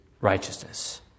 righteousness